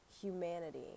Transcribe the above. humanity